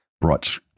brought